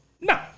No